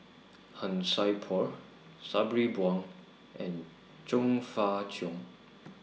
Han Sai Por Sabri Buang and Chong Fah Cheong